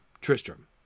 Tristram